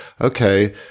okay